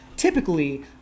typically